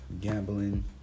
gambling